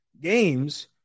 games